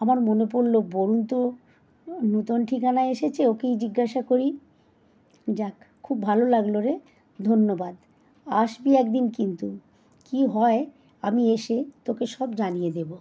আমার মনে পড়লো বরুন তো নূতন ঠিকানায় এসেছে ওকেই জিজ্ঞাসা করি যাক খুব ভালো লাগলো রে ধন্যবাদ আসবি একদিন কিন্তু কি হয় আমি এসে তোকে সব জানিয়ে দেবো